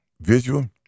visual